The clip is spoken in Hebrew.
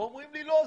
אז אומרים לי: לא,